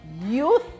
youth